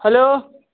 hello